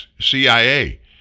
CIA